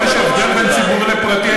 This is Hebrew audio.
יש הבדל בין ציבורי לפרטי,